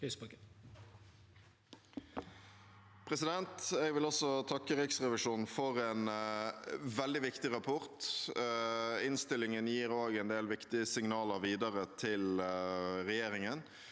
Jeg vil også tak- ke Riksrevisjonen for en veldig viktig rapport. Innstillingen gir også en del viktige signaler videre til regjeringen.